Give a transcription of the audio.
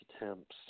attempts